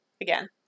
Again